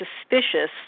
suspicious